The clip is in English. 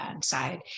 side